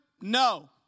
No